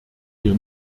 hier